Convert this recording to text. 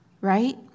right